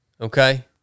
Okay